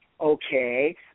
Okay